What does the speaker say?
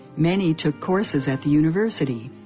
many took courses at the university,